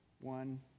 one